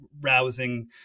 rousing